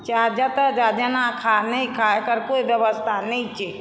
जा जतऽ जा जेना खा नहि खा एकर कोई व्यवस्था नहि छै